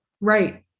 Right